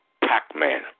Pac-Man